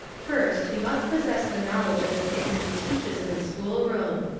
first, he must possess the knowledge of the things he teaches in the school-room.